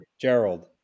Gerald